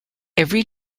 every